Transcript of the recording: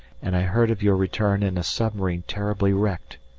and i heard of your return in a submarine terribly wrecked.